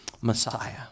Messiah